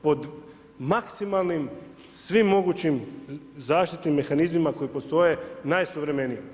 Pod maksimalnim svim mogućim zaštitnim mehanizmima koji postoje, najsuvremenije.